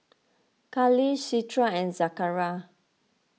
Khalish Citra and Zakaria